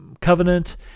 covenant